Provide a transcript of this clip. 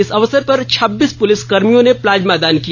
इस अवसर पर छब्बीस पुलिस कर्मियों ने प्लाज्मा दान किया